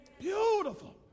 beautiful